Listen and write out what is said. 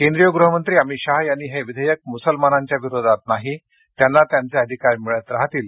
केंद्रीय गृहमंत्री अमित शहा यांनी हे विधेयक मुसलमानांच्या विरोधात नाही त्यांना त्यांचे अधिकार मिळत राहतील